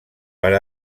per